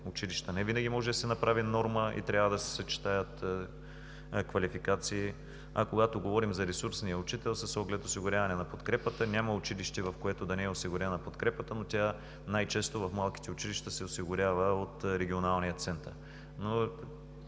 невинаги може да се направи норма и трябва да се съчетаят квалификации. А когато говорим за ресурсния учител с оглед осигуряване на подкрепата, няма училище, в което да не е осигурена подкрепата, но в малките училища тя най-често се осигурява от регионалния център.